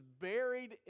buried